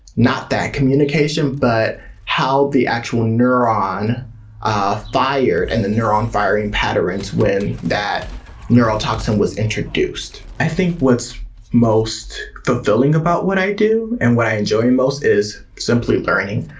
not that communication, but how the actual neuron ah fired and the neuron-firing patterns when that neurotoxin was introduced. i think what's most fulfilling about what i do, and what i enjoy most, is simply, learning.